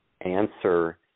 answer